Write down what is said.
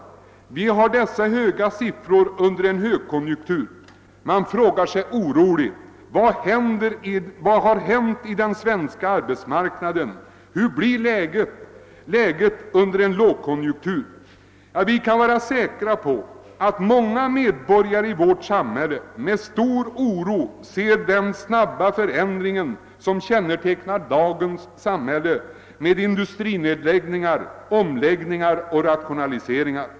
Vi har dessa höga siffror under en högkonjunktur, och man frågar sig oroligt: Vad har hänt på den svenska arbetsmarknaden? Hur blir läget under en lågkonjunktur? Vi kan vara säkra på att många medborgare i vårt land med stor oro ser den snabba förändring som kännetecknar dagens samhälle med industrinedläggningar, omläggningar och =<rationaliseringar.